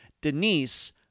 Denise